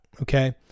okay